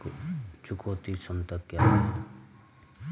चुकौती क्षमता क्या है?